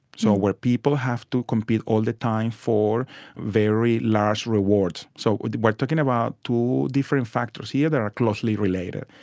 so where people have to compete all the time for very large rewards. so we're talking about two different factors here that are closely related.